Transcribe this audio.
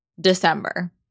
December